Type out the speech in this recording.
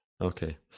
okay